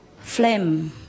flame